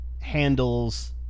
handles